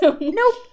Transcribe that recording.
nope